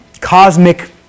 cosmic